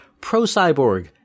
Pro-Cyborg